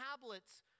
tablets